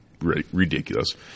ridiculous